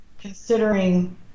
Considering